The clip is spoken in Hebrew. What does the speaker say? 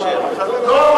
לא,